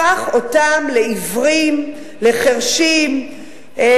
הפך אותם לעיוורים, לחירשים.